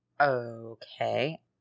Okay